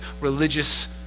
religious